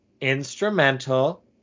instrumental